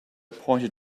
pointed